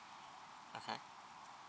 okay